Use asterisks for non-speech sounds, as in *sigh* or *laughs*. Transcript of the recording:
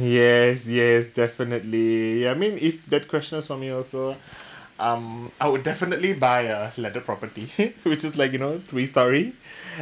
yes yes definitely ya I mean if that question was for me also um I would definitely buy a landed property *laughs* which is like you know three storey